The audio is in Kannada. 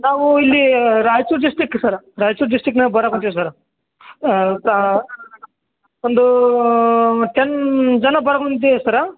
ನಾವು ಇಲ್ಲಿ ರಾಯಚೂರ್ ಡಿಸ್ಟಿಕ್ ಸರ್ ರಾಯಚೂರ್ ಡಿಸ್ಟಿಕ್ನ್ಯಾಗ ಬರಕೊಂಟಿವಿ ಸರ್ ಸಾ ಒಂದು ಟೆನ್ ಜನ ಬರಕೊಂಟಿವಿ ಸರ್ರ